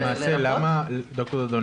ד"ר דאדון,